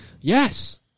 yes